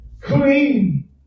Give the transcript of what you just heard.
clean